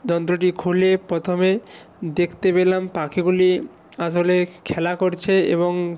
যন্ত্রটি খুলে প্রথমে দেখতে পেলাম পাখিগুলি আসলে খেলা করছে এবং